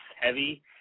heavy